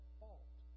fault